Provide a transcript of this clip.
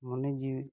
ᱢᱚᱱᱮ ᱡᱤᱣᱤ